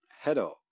Hello